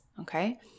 Okay